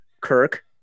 Kirk